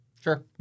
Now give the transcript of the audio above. Sure